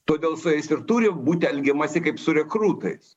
todėl su jais ir turi būti elgiamasi kaip su rekrutais